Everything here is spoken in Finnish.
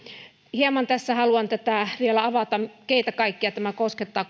hieman haluan tätä vielä avata keitä kaikkia tämä koskettaa